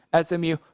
SMU